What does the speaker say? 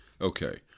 Okay